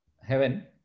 heaven